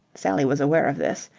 sally was aware of this.